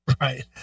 right